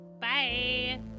Bye